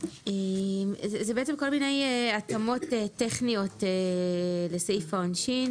מדובר על כל מיני התאמות טכניות לסעיף העונשין